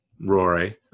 Rory